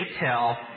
tell